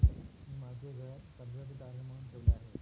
मी माझे घर कर्जासाठी तारण म्हणून ठेवले आहे